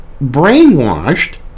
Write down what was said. brainwashed